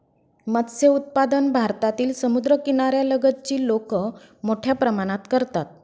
मत्स्य उत्पादन भारतातील समुद्रकिनाऱ्या लगतची लोक मोठ्या प्रमाणात करतात